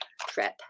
trip